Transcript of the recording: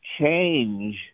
change